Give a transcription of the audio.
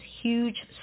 huge